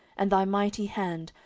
and thy mighty hand,